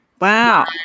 Wow